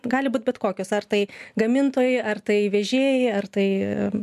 gali būt bet kokius ar tai gamintojai ar tai vežėjai ar tai